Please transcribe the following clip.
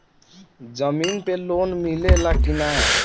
जमीन पे लोन मिले ला की ना?